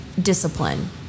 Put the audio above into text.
discipline